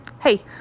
Hey